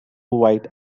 white